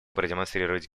продемонстрировать